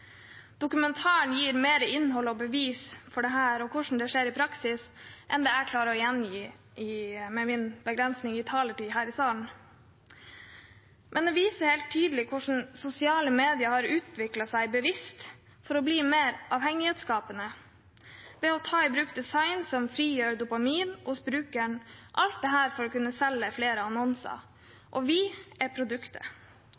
Dokumentaren gir mer innhold og bevis for dette og hvordan det skjer i praksis, enn det jeg klarer å gjengi med min begrensede taletid her i salen. Men den viser helt tydelig hvordan sosiale medier bevisst har utviklet seg til å bli mer avhengighetsskapende ved å ta i bruk design som frigjør dopamin hos brukeren – alt dette for å kunne selge flere